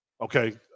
Okay